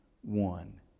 one